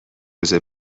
روز